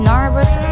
Nervous